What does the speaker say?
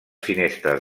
finestres